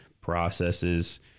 processes